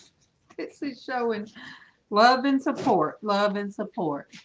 so so and love and support love and support